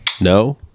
No